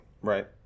Right